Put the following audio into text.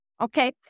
Okay